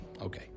Okay